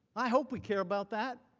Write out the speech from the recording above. i hope we care about that.